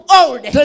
old